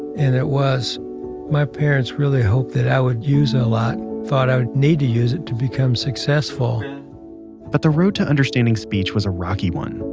and it was my parents really hoped that i would use it a lot, thought i would need to use it to become successful but the road to understanding speech was a rocky one,